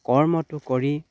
কৰ্মটো কৰি